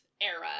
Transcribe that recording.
era